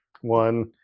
one